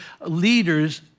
leaders